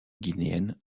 guinéenne